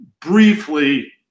briefly